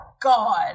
god